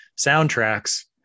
soundtracks